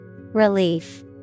Relief